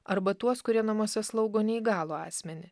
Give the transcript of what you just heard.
arba tuos kurie namuose slaugo neįgalų asmenį